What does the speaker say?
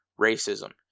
racism